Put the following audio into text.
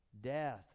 death